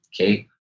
Okay